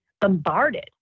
bombarded